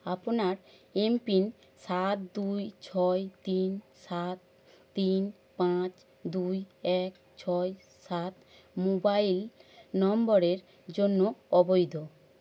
আপনার এমপিন সাত দুই ছয় তিন সাত তিন পাঁচ দুই এক ছয় সাত মোবাইল নম্বরের জন্য অবৈধ